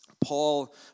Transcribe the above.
Paul